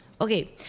Okay